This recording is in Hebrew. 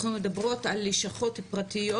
אנחנו מדברות על לשכות פרטיות,